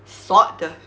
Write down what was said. sot 的